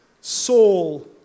Saul